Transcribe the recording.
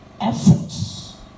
efforts